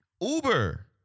Uber